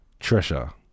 Trisha